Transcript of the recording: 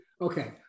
okay